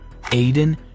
Aiden